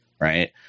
Right